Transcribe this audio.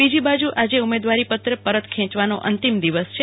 બીજી બાજૂ આજે ઉમેદવારી પત્ર પરત ખેચવાનો અંતિમ દિવસ છે